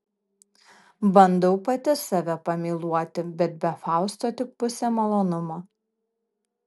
bandau pati save pamyluoti bet be fausto tik pusė malonumo